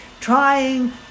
trying